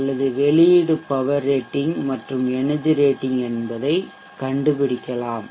அல்லது வெளியீடு power rating மற்றும் எனர்ஜி ரேட்டிங் என்ன என்பதை கண்டுபிடிக்கலாம்